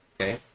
Okay